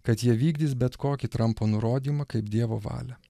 kad jie vykdys bet kokį trampo nurodymą kaip dievo valią